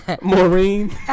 Maureen